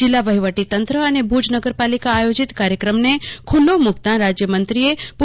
જિલ્લા વહીવટીતંત્ર અને ભુજ નગરપાલિકા આયોજિત કાર્યક્રમને ખુલ્લો મૂકતાં રાજ્યમંત્રીશ્રીએ પૂ